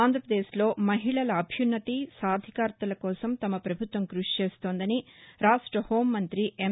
ఆంధ్రాపదేశ్లో మహిళల అభ్యన్నతి సాధికారతల కోసం తమ ప్రభుత్వం కృషిచేస్తోందని రాష్ట హోంమంతి ఎం